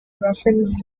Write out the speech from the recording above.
reference